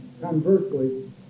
Conversely